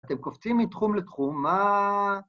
אתם קופצים מתחום לתחום, מה...